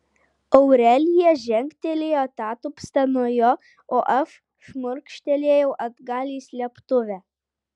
aurelija žengtelėjo atatupsta nuo jo o aš šmurkštelėjau atgal į slėptuvę